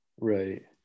Right